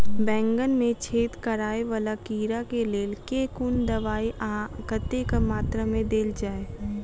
बैंगन मे छेद कराए वला कीड़ा केँ लेल केँ कुन दवाई आ कतेक मात्रा मे देल जाए?